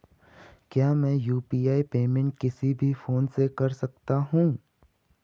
क्या मैं UPI payment किसी भी फोन से कर सकता हूँ?